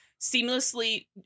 seamlessly